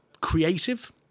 creative